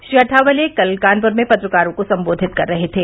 श्री अठावले कल कानपूर में पत्रकारों को संबेघित कर रहे थे